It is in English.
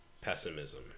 pessimism